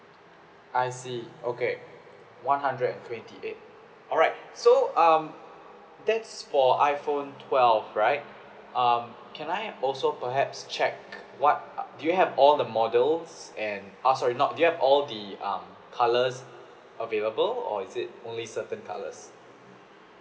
I see okay one hundred and twenty eight alright so um that's for iphone twelve right um can I also perhaps check what uh do you have all the models and ah sorry not do you have all the uh colours available or is it only certain colours